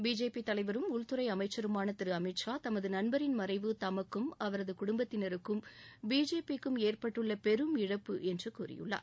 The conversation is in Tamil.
பிஜேபி தலைவரும் உள்துறை அமைச்சருமான திரு அமித் ஷா தமது நண்பரின் மறைவு தமக்கும் அவரது குடும்பத்தினருக்கும் பிஜேபிக்கும் ஏற்பட்டுள்ள இழப்பு என்று கூறியுள்ளார்